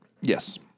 Yes